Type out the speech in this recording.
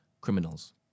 criminals